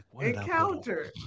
encounter